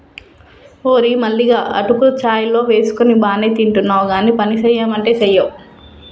ఓరే మల్లిగా అటుకులు చాయ్ లో వేసుకొని బానే తింటున్నావ్ గానీ పనిసెయ్యమంటే సెయ్యవ్